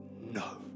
no